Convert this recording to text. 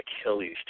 Achilles